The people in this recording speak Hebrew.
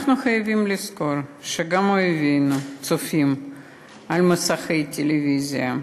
אנחנו חייבים לזכור שגם אויבינו צופים במסכי טלוויזיה,